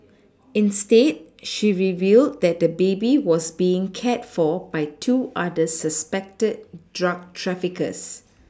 instead she revealed that the baby was being cared for by two other suspected drug traffickers